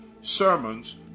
sermons